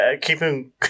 keeping